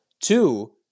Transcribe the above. two